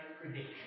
prediction